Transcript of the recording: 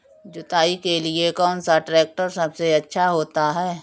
जुताई के लिए कौन सा ट्रैक्टर सबसे अच्छा होता है?